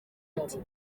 ati